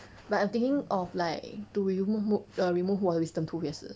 but I'm thinking of like to remove move err remove 我的 wisdom tooth 也是